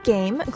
Game